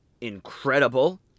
incredible